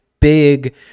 big